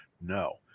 No